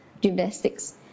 gymnastics